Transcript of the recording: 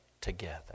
together